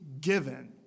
given